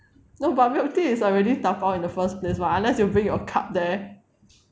no but milk tea is already dabao in the first place what unless you bring your cup there